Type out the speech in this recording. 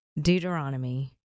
Deuteronomy